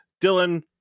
Dylan